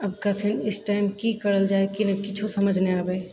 आब कखन इस टाइम की करल जाइ की नहि किछु समझ नहि आबै